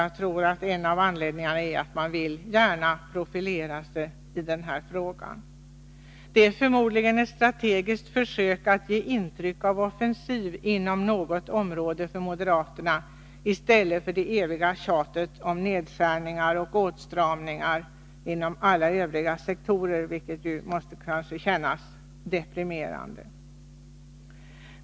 Jag tror att en av anledningarna är att man gärna vill profilera sig iden här frågan. Det är förmodligen ett strategiskt försök från moderaternas sida att ge intryck av offensiv inom något område i stället för det eviga tjatet om nedskärningar och åtstramningar inom alla övriga sektorer, vilket måste kännas deprimerande.